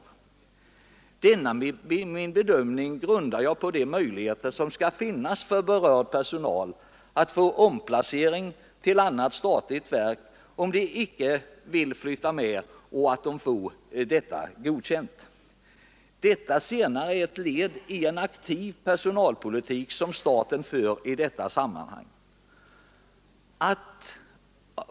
Jag grundar min bedömning på de möjligheter som skall finnas för berörd personal att få omplacering till annat statligt verk om de inte vill flytta med. Det senare är ett led i en aktiv personalpolitik, som staten för i dessa sammanhang.